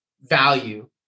value